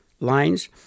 lines